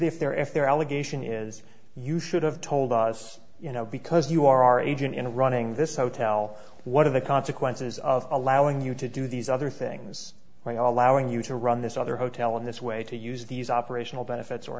if they're if they're allegation is you should have told us you know because you are our agent in running this hotel what are the consequences of allowing you to do these other things when allowing you to run this other hotel in this way to use these operational benefits or